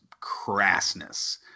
crassness